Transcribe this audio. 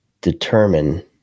determine